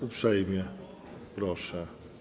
Uprzejmie proszę.